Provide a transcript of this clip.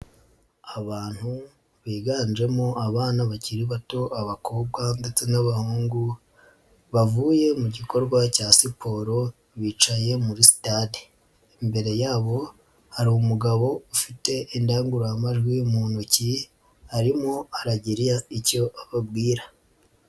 Abantu biganjemo abana bakiri bato abakobwa ndetse n'abahungu bavuye mu gikorwa cya siporo bicaye muri sitade, imbere yabo hari umugabo ufite indangururamajwi mu ntoki harimo aragira icyo ababwira.